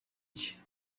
iki